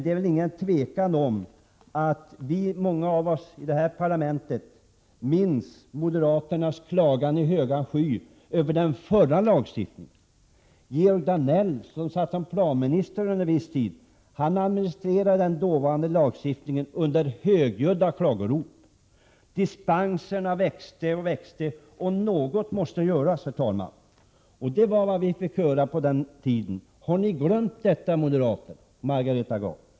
Det råder väl emellertid inget tvivel om att många av oss i detta parlament minns moderaternas klagan i högan sky över den förra lagstiftningen. Georg Danell, som satt som planminister under viss tid, administrerade den dåvarande lagstiftningen under högljudda klagorop. Antalet dispenser bara växte och växte, och något måste göras. Det var vad vi fick höra på den tiden. Har ni glömt detta, moderaterna och Margareta Gard?